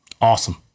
Awesome